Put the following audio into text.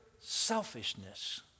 selfishness